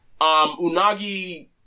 Unagi